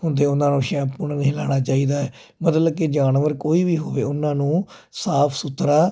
ਹੁੰਦੇ ਉਹਨਾਂ ਨੂੰ ਸ਼ੈਂਪੂ ਨਾਲ ਨਹਿਲਾਣਾ ਚਾਹੀਦਾ ਮਤਲਬ ਕਿ ਜਾਨਵਰ ਕੋਈ ਹੋਵੇ ਉਹਨਾਂ ਨੂੰ ਸਾਫ ਸੁਥਰਾ